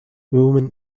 woman